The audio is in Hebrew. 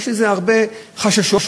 ויש בזה הרבה חששות.